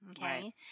Okay